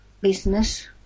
business